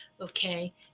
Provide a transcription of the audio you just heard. okay